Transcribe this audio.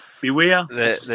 Beware